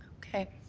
okay.